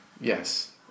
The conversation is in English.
Yes